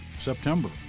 September